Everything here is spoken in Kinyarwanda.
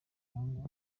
umuhungu